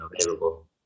available